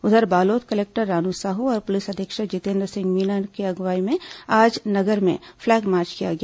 उधर बालोद कलेक्टर रानू साहू और पुलिस अधीक्षक जितेंद्र सिंह मीणा के अगुवाई में आज नगर में प्लैग मार्च किया गया